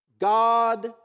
God